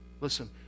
listen